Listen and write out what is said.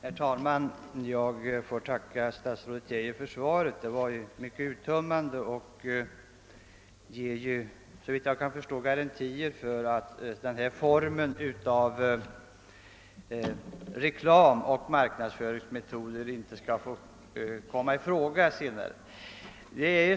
Herr talman! Jag får tacka statsrådet Geijer för svaret, som var mycket uttömmande och synes ge garantier för att denna form av reklam och marknadsföring inte skall få förekomma i fortsättningen.